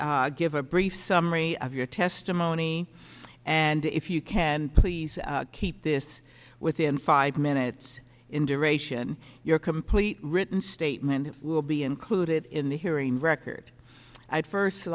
give a brief summary of your testimony and if you can please keep this within five minutes in duration your complete written statement will be included in the hearing record i'd first